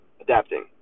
adapting